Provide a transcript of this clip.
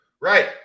Right